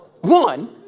One